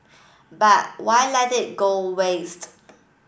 but why let it go waste